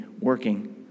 working